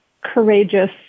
courageous